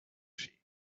sheep